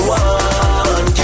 one